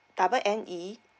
double N E